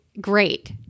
great